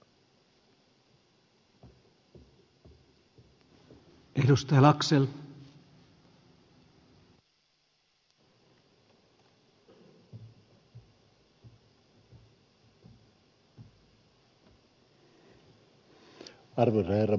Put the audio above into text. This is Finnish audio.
arvoisa herra puhemies